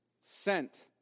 Sent